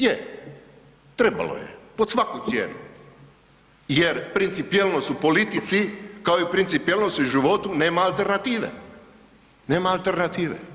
Je, trebalo je pod svaku cijenu jer principijelnost u politici kao i principijelnost u životu nema alternative, nema alternative.